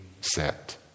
set